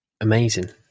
Amazing